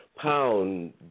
Pound